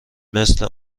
مثل